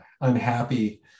unhappy